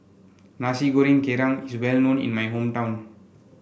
Nasi Goreng Kerang is well known in my hometown